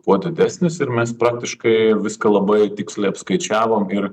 kuo didesnis ir mes praktiškai viską labai tiksliai apskaičiavom ir